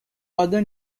other